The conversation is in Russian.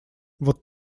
вот